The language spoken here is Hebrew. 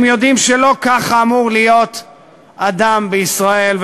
הם יודעים שלא ככה אמור להיות אדם בישראל,